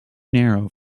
narrow